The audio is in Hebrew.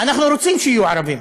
אנחנו רוצים שיהיו ערבים,